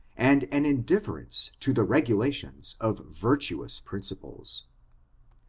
and an indifference to the regulations of vir tuous principles.